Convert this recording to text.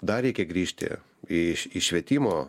dar reikia grįžti į į švietimo